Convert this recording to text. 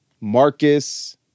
Marcus